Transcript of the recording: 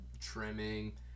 trimming